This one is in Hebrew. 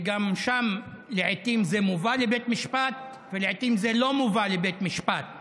וגם שם לעיתים זה מובא לבית משפט ולעיתים זה לא מובא לבית משפט,